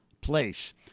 place